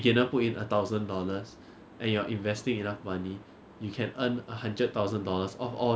err because people don't want to teach you like their exact method on how they earn the money so they just give you a rough guideline